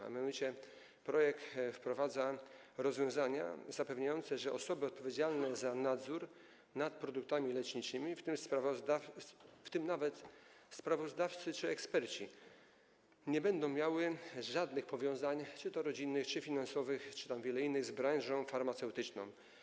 A mianowicie w projektowanej ustawie wprowadza się rozwiązania zapewniające, że osoby odpowiedzialne za nadzór nad produktami leczniczymi, w tym nawet sprawozdawcy czy eksperci, nie będą miały żadnych powiązań czy to rodzinnych, czy finansowych, czy wielu innych, z branżą farmaceutyczną.